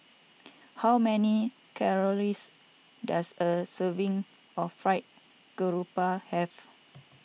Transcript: how many calories does a serving of Fried Garoupa have